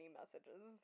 messages